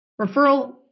referral